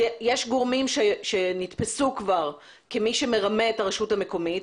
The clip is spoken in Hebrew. שיש גורמים שנתפסו כבר כמי שמרמה את הרשות המקומית,